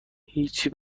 هیچی